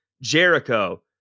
Jericho